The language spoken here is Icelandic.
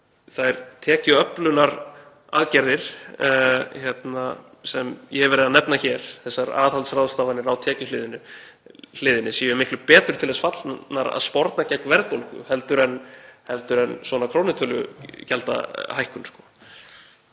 þær tekjuöflunaraðgerðir sem ég hef verið að nefna hér, þessar aðhaldsráðstafanir á tekjuhliðinni, séu miklu betur til þess fallnar að sporna gegn verðbólgu heldur en svona krónutölugjaldahækkun.